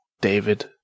David